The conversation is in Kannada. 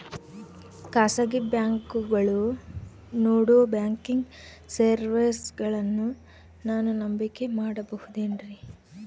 ಖಾಸಗಿ ಬ್ಯಾಂಕುಗಳು ನೇಡೋ ಬ್ಯಾಂಕಿಗ್ ಸರ್ವೇಸಗಳನ್ನು ನಾನು ನಂಬಿಕೆ ಮಾಡಬಹುದೇನ್ರಿ?